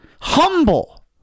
humble